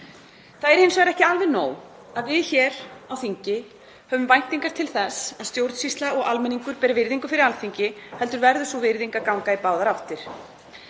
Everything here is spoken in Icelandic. Það er hins vegar ekki alveg nóg að við hér á þingi höfum væntingar til þess að stjórnsýsla og almenningur beri virðingu fyrir Alþingi heldur verður sú virðing að ganga í báðar áttir.